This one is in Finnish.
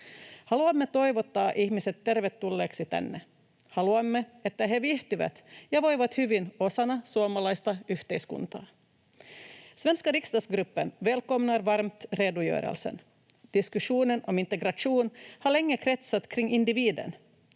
Haluamme toivottaa ihmiset tervetulleiksi tänne. Haluamme, että he viihtyvät ja voivat hyvin osana suomalaista yhteiskuntaa. Svenska riksdagsgruppen välkomnar varmt redogörelsen. Diskussionen om integration har länge kretsat kring individen.